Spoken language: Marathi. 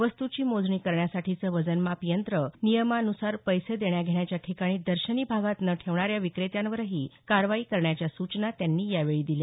वस्तूची मोजणी करण्यासाठीचं वजनमाप यंत्र नियमान्सार पैसे देण्याघेण्याच्या ठिकाणी दर्शनी भागात न ठेवणाऱ्या विक्रेत्यांवरही कारवाई करण्याच्या सूचना त्यांनी यावेळी दिल्या